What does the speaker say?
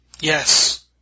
yes